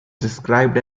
described